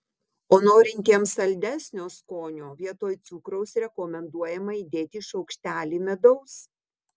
o norintiems saldesnio skonio vietoj cukraus rekomenduojama įdėti šaukštelį medaus